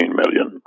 million